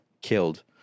killed